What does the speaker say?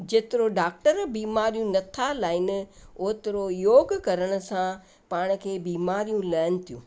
जेतिरो डॉक्टर बीमारियूं नथा लाहीन ओतिरो योग करण सां पाण खे बीमारियूं लहन थियूं